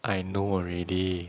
I know already